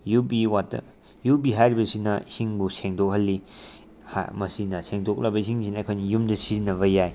U V water U V ꯍꯥꯏꯔꯤꯕꯁꯤꯅ ꯏꯁꯤꯡꯕꯨ ꯁꯦꯡꯗꯣꯛꯍꯜꯂꯤ ꯃꯁꯤꯅ ꯁꯦꯡꯗꯣꯛꯂꯕ ꯏꯁꯤꯡꯁꯤꯅ ꯑꯩꯈꯣꯏꯅ ꯌꯨꯝꯗ ꯁꯤꯖꯤꯟꯅꯕ ꯌꯥꯏ